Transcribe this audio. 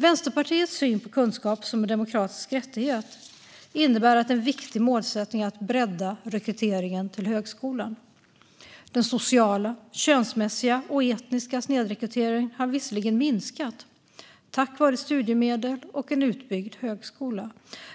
Vänsterpartiets syn på kunskap som en demokratisk rättighet innebär att en viktig målsättning är att bredda rekryteringen till högskolan. Den sociala, könsmässiga och etniska snedrekryteringen har visserligen minskat tack vare studiemedel och en utbyggd högskola.